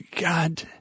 God